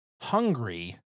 hungry